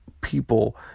people